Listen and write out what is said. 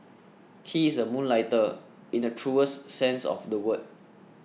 he is a moonlighter in the truest sense of the word